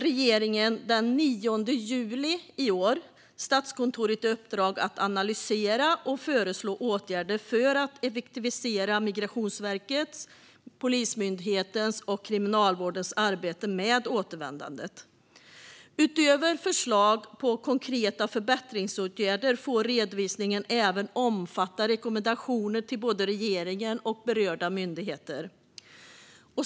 Regeringen gav den 9 juli i år Statskontoret i uppdrag att analysera och föreslå åtgärder för att effektivisera Migrationsverkets, Polismyndighetens och Kriminalvårdens arbete med återvändandet. Utöver förslag på konkreta förbättringsåtgärder får redovisningen även omfatta rekommendationer till både regeringen och berörda myndigheter.